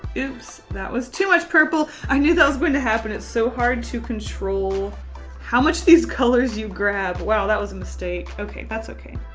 oops. that was too much purple. i knew that was going to happen. it's so hard to control how much these colors you grab. well, that was a mistake. okay, that's okay.